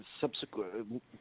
subsequent